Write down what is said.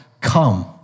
come